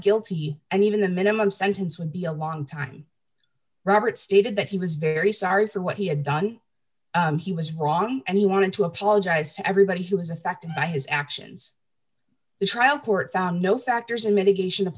guilty and even the minimum sentence would be a long time robert stated that he was very sorry for what he had done he was wrong and he wanted to apologize to everybody who was affected by his actions the trial court found no factors in mitigation of